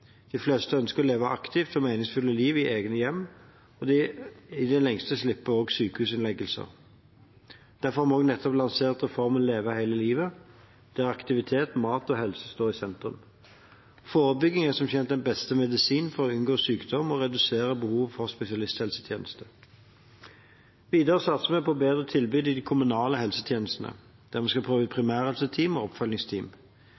De fleste ønsker å leve et aktivt og meningsfylt liv i eget hjem og i det lengste slippe sykehusinnleggelse. Derfor har vi nettopp lansert reformen Leve hele livet, der aktivitet, mat og helse står i sentrum. Forebygging er som kjent den beste medisin for å unngå sykdom og redusere behovet for spesialisthelsetjenester. Videre satser vi på å bedre tilbudet i de kommunale helsetjenestene, der vi skal prøve